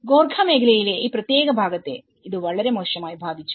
ഗോർഖ മേഖലയിലെ ഈ പ്രത്യേക ഭാഗത്തെ ഇത് വളരെ മോശമായി ബാധിച്ചു